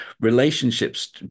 Relationships